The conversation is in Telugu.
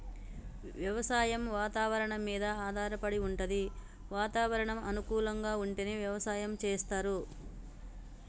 వ్యవసాయం వాతవరణం మీద ఆధారపడి వుంటది వాతావరణం అనుకూలంగా ఉంటేనే వ్యవసాయం చేస్తరు